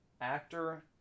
actor